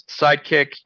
sidekick